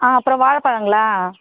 அப்புறம் வாழைப்பழங்களா